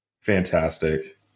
Fantastic